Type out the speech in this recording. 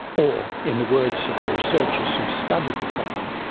or, in the words of the researchers who studied the problem,